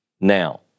now